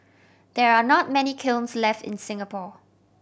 there are not many kilns left in Singapore